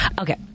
Okay